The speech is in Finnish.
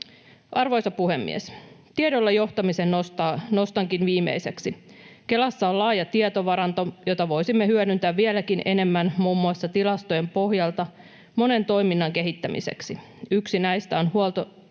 Arvoisa puhemies! Tiedolla johtamisen nostankin viimeiseksi. Kelassa on laaja tietovaranto, jota voisimme hyödyntää vieläkin enemmän muun muassa tilastojen pohjalta monen toiminnan kehittämiseksi. Yksi näistä on